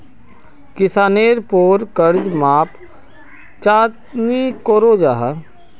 किसानेर पोर कर्ज माप चाँ नी करो जाहा?